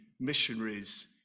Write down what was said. missionaries